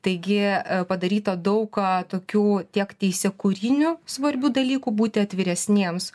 taigi padaryta daug tokių tiek teisėkūrinių svarbių dalykų būti atviresniems